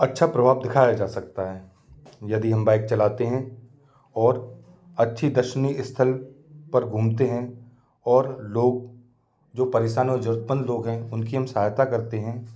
अच्छा प्रभाव दिखाया जा सकता है यदि हम बाइक चलाते हैं और अच्छी दर्शनीय स्थल पर घूमते हैं और लोग जो परेशान और ज़रूरतमंद लोग हैं उनकी हम सहायता करते हैं